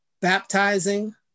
baptizing